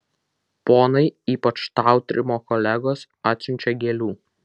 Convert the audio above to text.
ponai ypač tautrimo kolegos atsiunčią gėlių